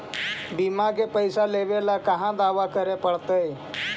बिमा के पैसा लेबे ल कहा दावा करे पड़तै?